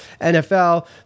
NFL